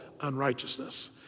unrighteousness